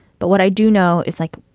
but what i do know is, like,